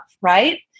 right